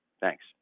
thanks